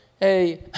Hey